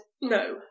no